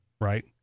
Right